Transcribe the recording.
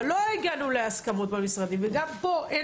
אבל לא הגענו להסכמות עם המשרדים, כמו פה.